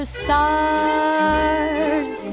stars